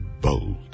bold